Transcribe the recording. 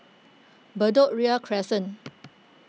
Bedok Ria Crescent